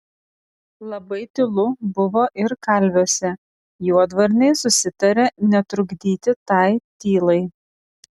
labai tylu buvo ir kalviuose juodvarniai susitarė netrukdyti tai tylai